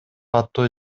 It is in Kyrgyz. аттуу